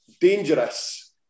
dangerous